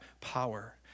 power